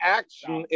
action